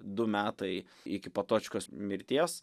du metai iki potočkos mirties